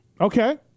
okay